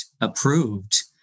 approved